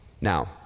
Now